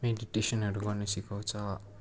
मेडिटेसनहरू गर्नु सिकाउँछ